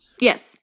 Yes